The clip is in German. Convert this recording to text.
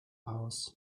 aus